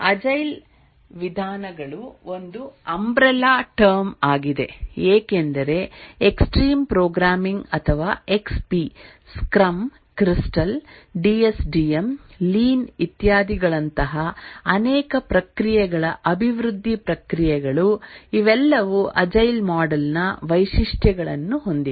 agile ವಿಧಾನಗಳು ಒಂದು umbrella term ಆಗಿದೆ ಏಕೆಂದರೆ ಎಕ್ಸ್ಟ್ರೀಮ್ ಪ್ರೋಗ್ರಾಮಿಂಗ್ ಅಥವಾ XP scrum crystal DSDM lean ಇತ್ಯಾದಿಗಳಂತಹ ಅನೇಕ ಪ್ರಕ್ರಿಯೆಗಳ ಅಭಿವೃದ್ಧಿ ಪ್ರಕ್ರಿಯೆಗಳು ಇವೆಲ್ಲವೂ ಅಜೈಲ್ ಮಾಡೆಲ್ ನ ವೈಶಿಷ್ಟ್ಯಗಳನ್ನು ಹೊಂದಿವೆ